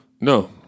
No